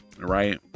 right